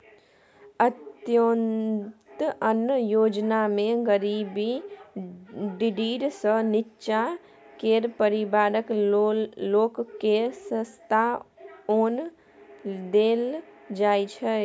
अंत्योदय अन्न योजनामे गरीबी डिडीर सँ नीच्चाँ केर परिबारक लोककेँ सस्ता ओन देल जाइ छै